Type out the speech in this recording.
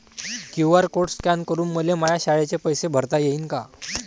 QR code scan करून मले माया शाळेचे पैसे भरता येईन का?